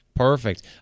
Perfect